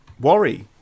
worry